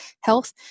health